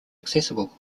accessible